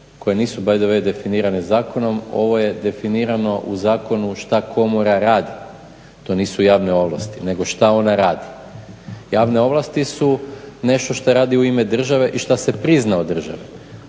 koje nisu by the way definirane zakonom ovo je definirano u zakonu šta komora radi. To nisu javne ovlasti nego šta ona radi. Javne ovlasti su nešto što radi u ime države i što se prizna od države.